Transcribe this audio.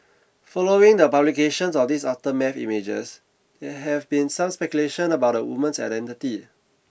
following the publications of these aftermath images there have been some speculation about the woman's identity